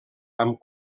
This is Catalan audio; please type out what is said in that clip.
amb